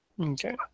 Okay